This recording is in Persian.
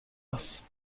است